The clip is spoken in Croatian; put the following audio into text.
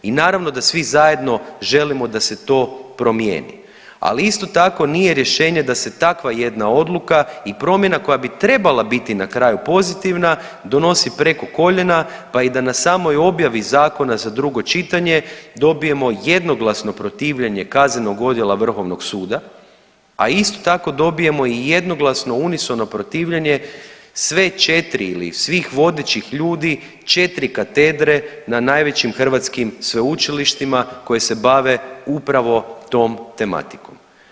I naravno da svi zajedno želimo da se to promijeni, ali isto tako nije rješenje da se takva jedna odluka i promjena koja bi trebala biti na kraju pozitivna donosi preko koljena, pa i da na samoj objavi zakona za drugo čitanje dobijemo jednoglasno protivljenje Kaznenog odjela Vrhovnog suda, a isto tako dobijemo i jednoglasno unisono protivljenje sve četiri ili svih vodećih ljudi, četri katedre na najveći hrvatskim sveučilištima koji se bave upravo tom tematikom.